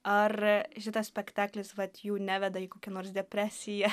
ar šitas spektaklis vat jų neveda į kokią nors depresiją